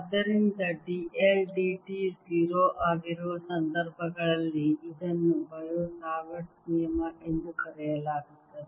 ಆದ್ದರಿಂದ ಇದು d I dt 0 ಆಗಿರುವ ಸಂದರ್ಭಗಳಲ್ಲಿ ಇದನ್ನು ಬಯೋ ಸಾವರ್ಟ್ ನಿಯಮ ಎಂದು ಕರೆಯಲಾಗುತ್ತದೆ